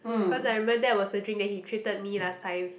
cause I remember that was the drink that he treated me last time